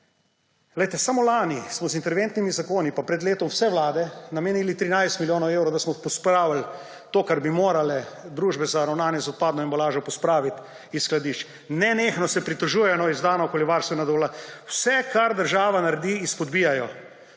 samo lani smo z interventnimi zakoni, pa pred letom vse vlade, namenili 13 milijonov evrov, da smo pospravil to, kar bi morale družbe za ravnanje z odpadno embalažo pospraviti iz skladišč. Nenehno se pritožujejo na izdano okoljevarstveno dovoljenje. Vse, kar država naredi, izpodbijajo